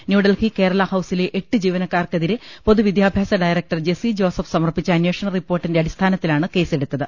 ന്യൂഡൽഹി കേരള ഹൌസിലെ എട്ട് ജീവനക്കാർക്കെതിരെ പൊതുവിദ്യാഭ്യാസ ഡയ രക്ടർ ജെസി ജോസഫ് സമർപ്പിച്ച അനേഷണ റിപ്പോർട്ടിന്റെ അടിസ്ഥാനത്തിലാണ് കേസെടുത്തത്